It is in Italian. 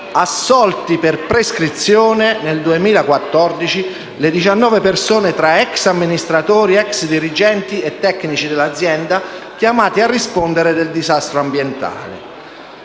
assolti per prescrizione nel 2014 19 persone, tra ex amministratori, ex dirigenti e tecnici dell'azienda chiamati a rispondere di disastro ambientale.